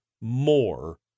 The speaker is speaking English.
more